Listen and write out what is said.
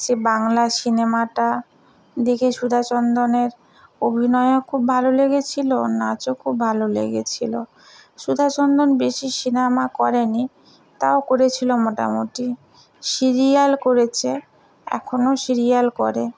সে বাংলা সিনেমাটা দেখে সুধা চন্দ্রনের অভিনয়ও খুব ভালো লেগেছিল নাচও খুব ভালো লেগেছিল সুধা চন্দ্রন বেশি সিনেমা করেনি তাও করেছিল মোটামুটি সিরিয়াল করেছে এখনও সিরিয়াল করে